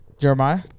Jeremiah